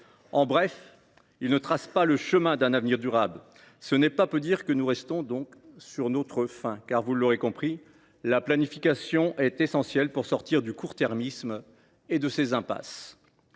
En bref, il ne trace pas le chemin d’un avenir durable. C’est peu dire que nous restons sur notre faim. Pour nous, la planification est essentielle pour sortir du court termisme et de ses impasses.